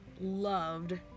loved